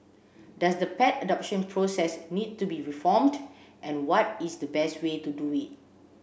does the pet adoption process need to be reformed and what is the best way to do it